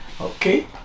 Okay